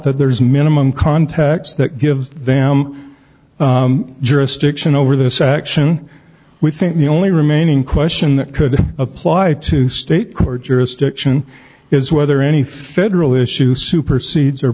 that there's minimum contacts that give them jurisdiction over this action we think the only remaining question that could apply to state court jurisdiction is whether anything will issue supersedes or